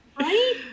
Right